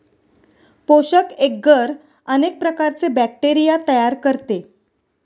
पोषक एग्गर अनेक प्रकारचे बॅक्टेरिया तयार करते